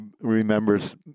remembers